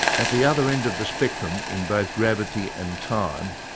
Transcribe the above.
at the other end of the spectrum in both gravity and time,